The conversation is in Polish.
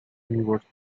miłości